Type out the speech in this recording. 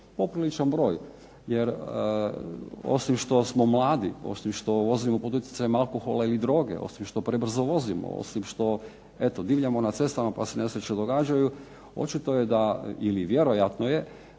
Popriličan broj, jer osim što smo mladi, osim što vozimo pod utjecajem alkohola ili droge, osim što prebrzo vozimo, osim što eto divljamo na cestama pa se nesreće događaju, očito je da, ili vjerojatno je